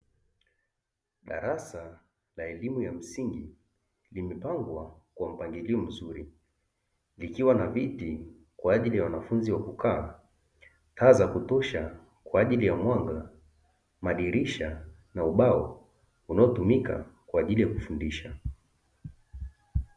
Darasa la elimu ya msingi limepangwa kwa mpangilio mzuri likiwa na viti kwa ajili ya wanafunzi wa kukaa, taa za kutosha kwa ajili ya mwanga, madirisha na ubao unaotumika kwa ajili ya kufundisha.